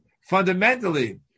Fundamentally